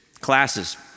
classes